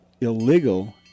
illegal